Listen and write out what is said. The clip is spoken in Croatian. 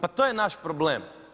Pa to je naš problem.